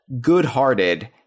good-hearted